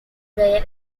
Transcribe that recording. their